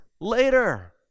later